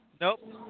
Nope